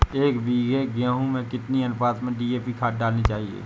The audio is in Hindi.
एक बीघे गेहूँ में कितनी अनुपात में डी.ए.पी खाद डालनी चाहिए?